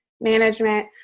management